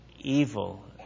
evil